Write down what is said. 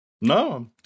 No